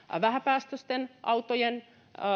vähäpäästöisten autojen